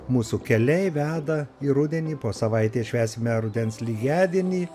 mūsų keliai veda į rudenį po savaitės švęsime rudens lygiadienį